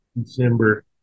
December